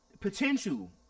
potential